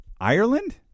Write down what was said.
Ireland